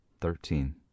Thirteen